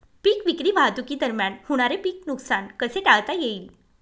पीक विक्री वाहतुकीदरम्यान होणारे पीक नुकसान कसे टाळता येईल?